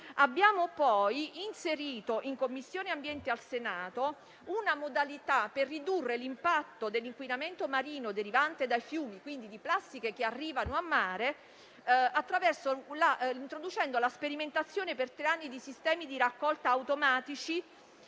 Abbiamo poi inserito in Commissione ambiente al Senato una modalità per ridurre l'impatto dell'inquinamento di plastiche che dai fiumi arrivano al mare, introducendo la sperimentazione per tre anni di sistemi di raccolta automatici